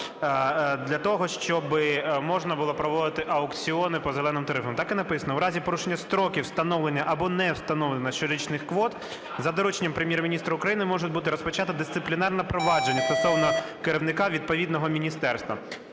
для того щоб можна було проводити аукціони по "зеленим" тарифам. Так і написано: "У разі порушення строків встановлення або не встановлення щорічних квот за дорученням Прем'єр-міністра України може бути розпочато дисциплінарне впровадження стосовно керівника відповідного міністерства".